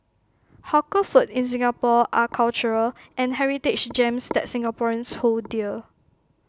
hawker food in Singapore are cultural and heritage gems that Singaporeans hold dear